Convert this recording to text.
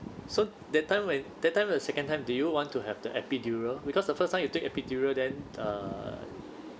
so that time when that time a second time do you want to have the epidural because the first time you take epidural then err